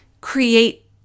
create